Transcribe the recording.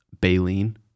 baleen